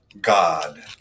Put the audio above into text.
God